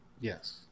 Yes